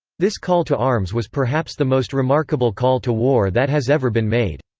this call to arms was perhaps the most remarkable call to war that has ever been made.